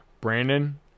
Brandon